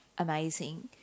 Amazing